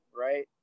Right